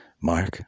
Mark